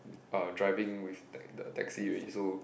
uh driving with like the taxi already so